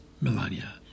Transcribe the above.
Melania